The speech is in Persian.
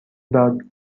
داد